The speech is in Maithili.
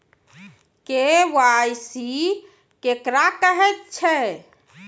के.वाई.सी केकरा कहैत छै?